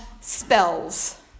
spells